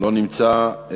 לא נמצא.